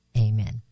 amen